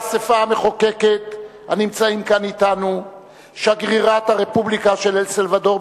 נשיא האספה המחוקקת של הרפובליקה של אל-סלבדור,